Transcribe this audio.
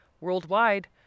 worldwide